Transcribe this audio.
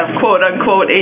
quote-unquote